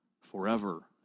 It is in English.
forever